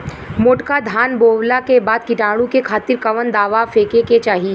मोटका धान बोवला के बाद कीटाणु के खातिर कवन दावा फेके के चाही?